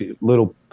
little